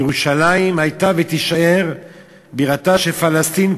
ירושלים הייתה ותישאר בירתה של פלסטין,